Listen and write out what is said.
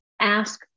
ask